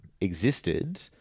existed